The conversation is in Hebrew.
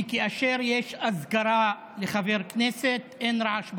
כאשר יש אזכרה לחבר כנסת, אין רעש באולם.